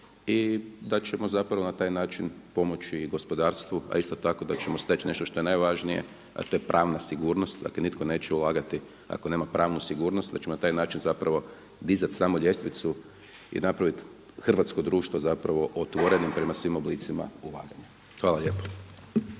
i da ćemo na taj način pomoći gospodarstvu, a isto tako da ćemo steći nešto što je najvažnije, a to je pravna sigurnost dakle nitko neće ulagati ako nema pravnu sigurnost, već na taj način dizat samo ljestvicu i napraviti hrvatsko društvo otvorenim prema svim oblicima ulaganja. Hvala lijepa.